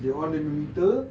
dia on dia punya meter